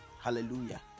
Hallelujah